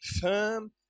firm